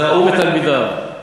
הוא ותלמידיו.